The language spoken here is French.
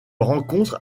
rencontre